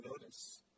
notice